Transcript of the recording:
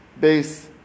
base